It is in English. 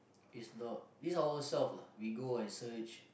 is not is ourselves lah we go and search